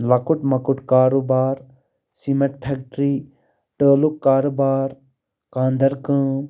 لۄکُٹ مۄکُٹ کاروبار سیٖمنٹ فیٚکٹری ٹٲلُک کاروبار کانٛدر کٲم